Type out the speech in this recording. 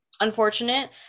unfortunate